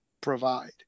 provide